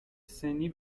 سنی